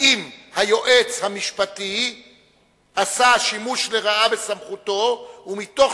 האם היועץ עשה שימוש לרעה בסמכותו ומתוך